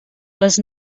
les